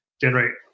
generate